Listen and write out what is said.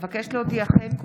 אבקש להודיעכם,